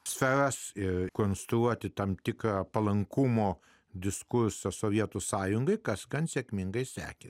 savęs ir konstruoti tam tiką palankumo diskusijos sovietų sąjungai kaskart sėkmingai sekėsi